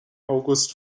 august